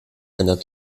einer